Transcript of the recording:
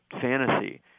fantasy